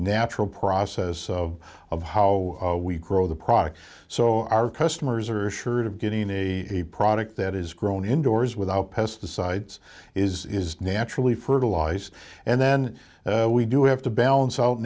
natural process of of how we grow the product so our customers are assured of getting a product that is grown indoors without pesticides is naturally fertilized and then we do have to balance out